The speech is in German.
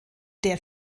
der